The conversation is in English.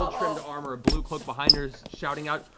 gold-trimmed armor, ah blue cloak behind her, shouting out,